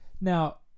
now